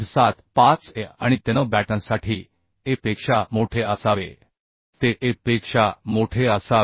75 aआणि ते n बॅटनसाठी n बॅटनसाठी a पेक्षा मोठे असावे ते a पेक्षा मोठे असावे